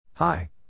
Hi